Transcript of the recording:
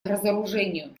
разоружению